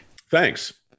Thanks